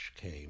came